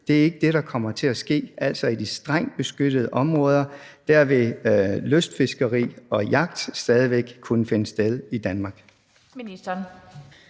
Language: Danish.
at det ikke er det, der kommer til at ske, altså at i de strengt beskyttede områder vil lystfiskeri og jagt stadig væk kunne finde sted i Danmark.